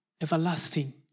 everlasting